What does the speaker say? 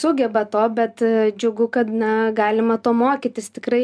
sugeba to bet džiugu kad na galima to mokytis tikrai